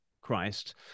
Christ